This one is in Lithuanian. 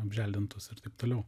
apželdintus ir taip toliau